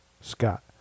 scott